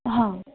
हा